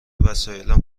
وسایلم